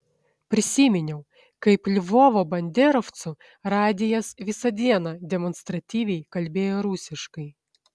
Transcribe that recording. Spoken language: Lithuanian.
prisiminiau kaip lvovo banderovcų radijas visą dieną demonstratyviai kalbėjo rusiškai